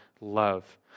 love